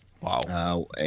Wow